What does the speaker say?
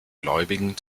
gläubigen